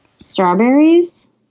Strawberries